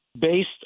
based